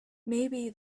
maybe